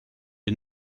you